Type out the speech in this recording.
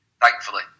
Thankfully